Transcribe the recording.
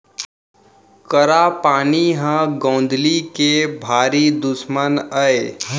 करा पानी ह गौंदली के भारी दुस्मन अय